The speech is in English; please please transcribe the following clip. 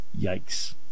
Yikes